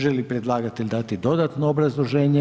Želi li predlagatelj dati dodatno obrazloženje?